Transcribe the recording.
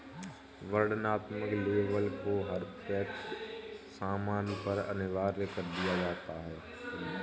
वर्णनात्मक लेबल को हर पैक्ड सामान पर अनिवार्य कर दिया गया है